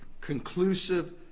conclusive